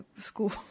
school